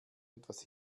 etwas